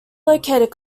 located